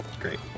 great